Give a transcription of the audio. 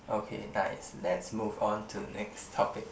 okay nice let's move on to the next topic